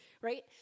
Right